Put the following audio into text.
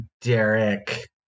Derek